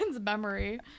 memory